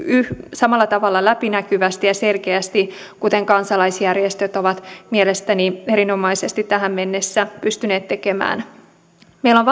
samalla tavalla läpinäkyvästi ja selkeästi kuin kansalaisjärjestöt ovat mielestäni erinomaisesti tähän mennessä pystyneet tekemään meillä on